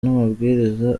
n’amabwiriza